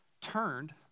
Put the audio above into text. turned